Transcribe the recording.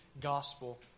gospel